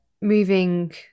Moving